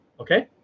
Okay